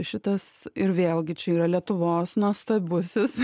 šitas ir vėlgi čia yra lietuvos nuostabusis